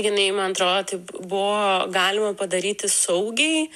jinai man atrodo taip buvo galima padaryti saugiai